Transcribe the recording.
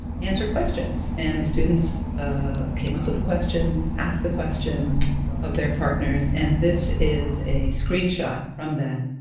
answer questions. and the students ah came up with the questions, asked the questions of their partners. and this is a screenshot from that.